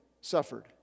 suffered